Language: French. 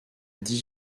dix